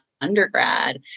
undergrad